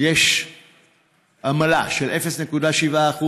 יש עמלה של 0.7%,